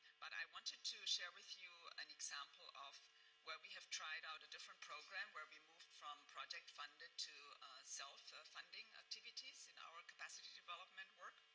but i wanted to share with you an example of where we have tried out a different program where we moved from project funded to self-funding activities in our capacity development work.